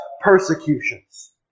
persecutions